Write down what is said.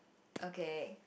okay